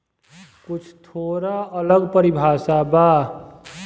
कुछ थोड़ा अलग परिभाषा बा